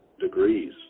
degrees